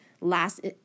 last